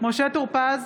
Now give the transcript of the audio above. משה טור פז,